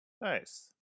nice